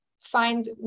find